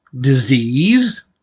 disease